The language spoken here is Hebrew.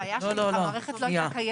וזה היה כשהמערכת לא הייתה קיימת,